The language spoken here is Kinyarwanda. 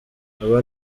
aba